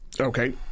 okay